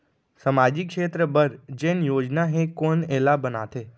सामाजिक क्षेत्र बर जेन योजना हे कोन एला बनाथे?